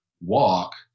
walk